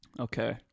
Okay